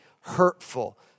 hurtful